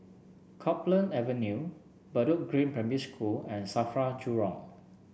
Copeland Avenue Bedok Green Primary School and Safra Jurong